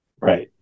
Right